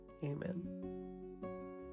Amen